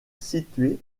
situé